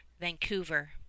Vancouver